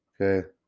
Okay